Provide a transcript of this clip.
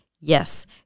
yes